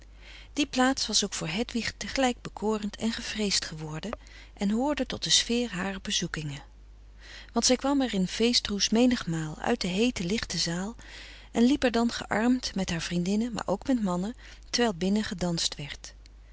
die plaats was ook voor hedwig tegelijk bekorend en gevreesd geworden en hoorde tot de sfeer harer bezoekingen want zij kwam er in feestroes menigmaal uit de heete lichte zaal en liep er dan geärmd met haar vriendinnen maar ook met mannen terwijl binnen gedanst werd